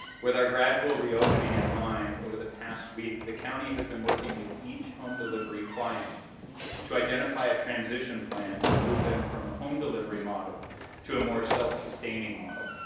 with our gradual reopening in mind over the past week, the county has been working with each home delivery client to identify a transition plan, to move them from a home delivery model to a more self-sustaining model.